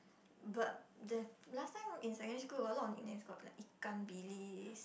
but the last time in secondary school got a lot of nicknames got like ikan bilis